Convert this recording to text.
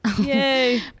Yay